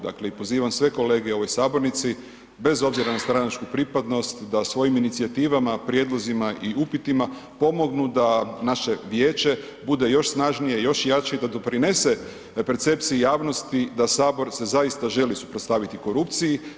Dakle, i pozivam sve kolege u ovoj sabornici, bez obzira na stranačku pripadnost da svojim inicijativama, prijedlozima i upitima pomognu da naše vijeće bude još snažnije, još jače i da doprinese percepciji javnosti da sabor se zaista želi suprotstaviti korupciji.